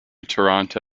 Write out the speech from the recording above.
toronto